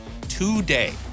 today